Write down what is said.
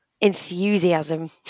enthusiasm